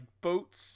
boats